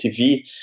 TV